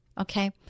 Okay